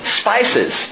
spices